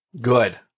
Good